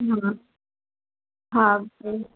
हा हा